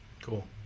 Cool